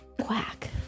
Quack